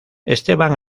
esteban